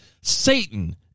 Satan